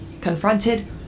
confronted